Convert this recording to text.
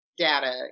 data